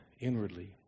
inwardly